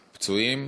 לפצועים.